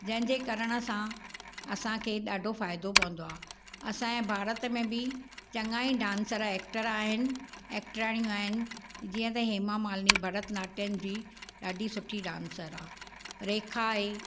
जंहिंजे करण सां असांखे ॾाढो फ़ाइदो पवंदो आहे असांजे भारत में बि चङा ई डांसर एक्टर आहिनि एक्ट्राड़ियूं आहिनि जीअं त हेमा मालिनी भरत नाट्यम जी ॾाढी सुठी डांसर आहे रेखा आहे